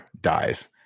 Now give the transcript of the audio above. dies